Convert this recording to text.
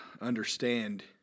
understand